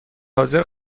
حاضر